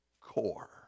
core